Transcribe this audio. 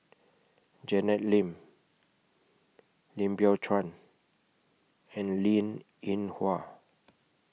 Janet Lim Lim Biow Chuan and Linn in Hua